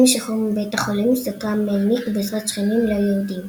עם השחרור מבית החולים הסתתרה מלניק בעזרת שכנים לא יהודים.